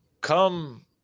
come